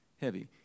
Heavy